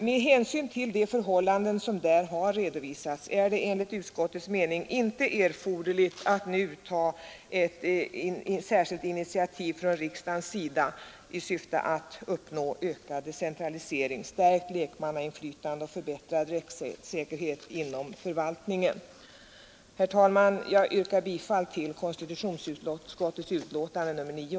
Med hänsyn till de förhållanden som vi redogjort för är det enligt utskottets mening inte erforderligt att nu ta ett särskilt initiativ från riksdagens sida i syfte att uppnå ökad decentralisering, stärkt lekmannainflytande och förbättrad rättssäkerhet inom förvaltningen. Herr talman! Jag yrkar bifall till konstitutionsutskottets hemställan i betänkandet nr 9.